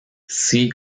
see